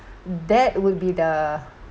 that would be the